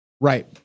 Right